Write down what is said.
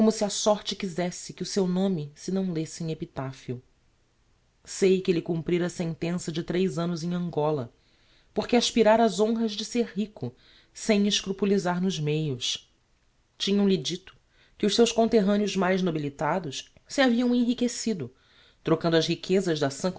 se a sorte quizesse que o seu nome se não lesse em epitaphio sei que elle cumprira sentença de tres annos em angola porque aspirára ás honras de ser rico sem escrupulisar nos meios tinham-lhe dito que os seus conterraneos mais nobilitados se haviam enriquecido trocando as riquezas da